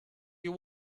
you